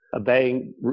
obeying